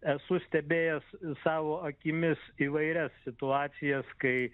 esu stebėjęs savo akimis įvairias situacijas kai